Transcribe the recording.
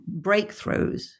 breakthroughs